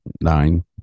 Nine